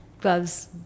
gloves